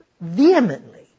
vehemently